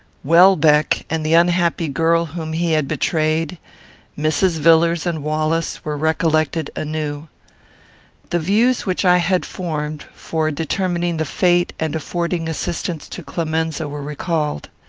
welbeck and the unhappy girl whom he had betrayed mrs. villars and wallace, were recollected anew. the views which i had formed, for determining the fate and affording assistance to clemenza, were recalled.